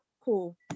Cool